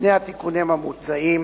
שני התיקונים המוצעים